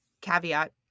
caveat